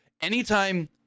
anytime